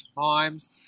times